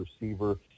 receiver